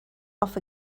off